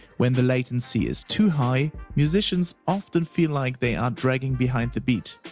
when the latency is too high, musicians often feel like they are dragging behind the beat.